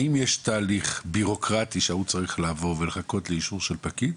האם יש תהליך בירוקרטי שההוא צריך לעבור ולחכות לאישור של פקיד?